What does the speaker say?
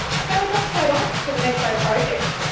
so he got straight on to the metro project,